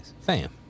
Fam